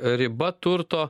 riba turto